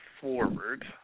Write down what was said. forward